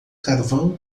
carvão